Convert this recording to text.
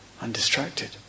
undistracted